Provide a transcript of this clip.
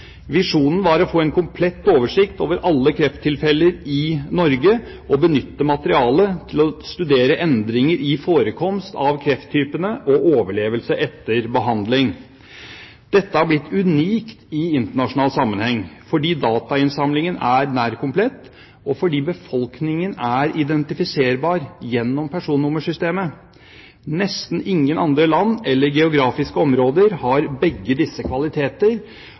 Visjonen var å få en komplett oversikt over alle krefttilfeller i Norge og benytte materialet til å studere endringer i forekomst av krefttyper og overlevelse etter behandling. Dette har blitt unikt i internasjonal sammenheng, fordi datainnsamlingen er nær komplett, og fordi befolkningen er identifiserbar gjennom personnummersystemet. Nesten ingen andre land eller geografiske områder har begge disse kvaliteter,